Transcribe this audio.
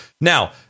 now